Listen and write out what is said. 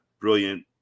brilliant